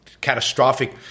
catastrophic